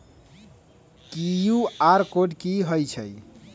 QR code कि हई छई?